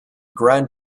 gran